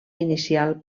inicial